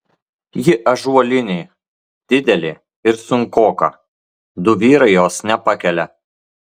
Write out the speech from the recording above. ji ąžuolinė didelė ir sunkoka du vyrai jos nepakelia